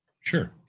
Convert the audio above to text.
Sure